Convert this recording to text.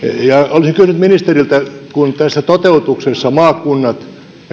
asioihin ja olisin kysynyt ministeriltä kun tässä toteutuksessa maakunnat